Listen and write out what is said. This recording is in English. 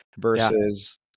versus